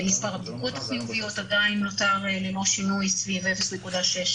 מספר הבדיקות החיוביות עדיין נותר ללא שינוי סביב 0.6,